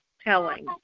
telling